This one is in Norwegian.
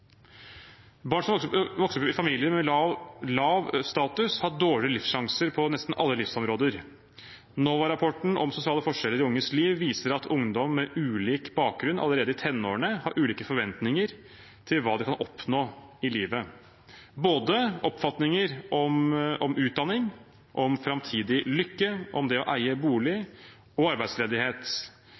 Barn som vokser opp i familier med lav status, har dårligere livssjanser på nesten alle livsområder. NOVA-rapporten om sosiale forskjeller i unges liv viser at ungdom med ulik bakgrunn allerede i tenårene har ulike forventninger til hva de kan oppnå i livet, oppfatninger både om utdanning, om framtidig lykke, om det å eie bolig og om arbeidsledighet.